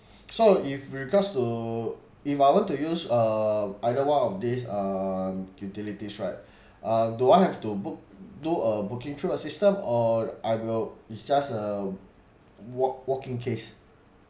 so if regards to if I want to use uh either one of these um utilities right um do I have to book do a booking through a system or I will it's just a walk walk in case